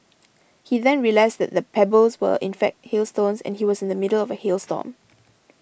he then realised that the pebbles were in fact hailstones and he was in the middle of a hail storm